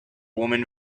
woman